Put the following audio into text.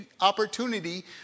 opportunity